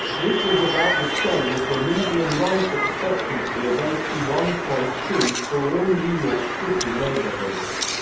this is about the same as the median life expectancy of eighty one point two for all new york city neighborhoods.